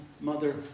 mother